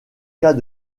cas